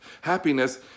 Happiness